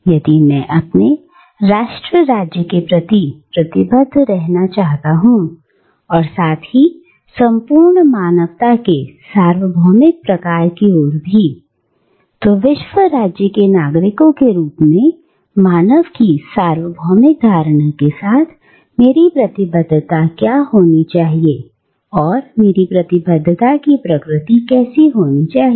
यदि मैं अपने राष्ट्र राज्य के प्रति प्रतिबंध रहना चाहता हूं और साथ ही संपूर्ण मानवता के सार्वभौमिक प्रकार की ओर भी विश्व राज्य के नागरिकों के रूप में मानव कि सार्वभौमिक धारणा के साथ मेरी प्रतिबद्धता क्या होनी चाहिए मेरी प्रतिबद्धता की प्रकृति कैसी होनी चाहिए